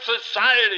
society